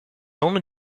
only